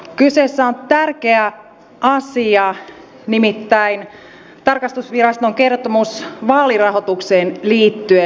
kyseessä on tärkeä asia nimittäin tarkastusviraston kertomus vaalirahoitukseen liittyen